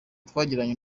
twagiranye